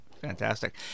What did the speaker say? Fantastic